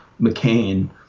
mccain